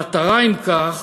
המטרה, אם כך,